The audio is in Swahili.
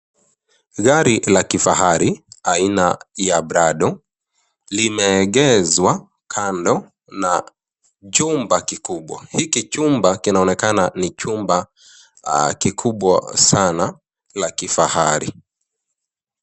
Gari la kifahari aina ya Prado, limeegezwa kando na jumba kikubwa. Hiki chumba kinaonekana ni chumba kikubwa sana la kifahari.